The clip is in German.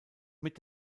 mit